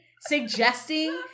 suggesting